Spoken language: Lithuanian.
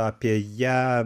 apie ją